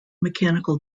mechanical